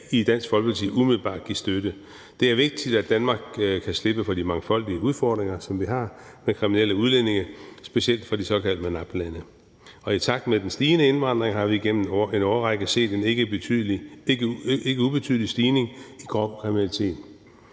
i Dansk Folkeparti umiddelbart give støtte. Det er vigtigt, at Danmark kan slippe for de mangfoldige udfordringer, som vi har med kriminelle udlændinge, specielt fra de såkaldte MENAPT-lande, og i takt med den stigende indvandring har vi igennem en årrække set en ikke ubetydelig stigning i grov kriminalitet.